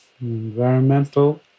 environmental